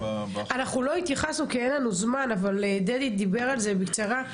אנחנו לא התייחסנו כי אין לנו זמן אבל דדי דיבר על זה בקצרה,